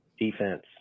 defense